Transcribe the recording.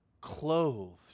clothed